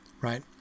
Right